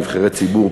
נבחרי ציבור,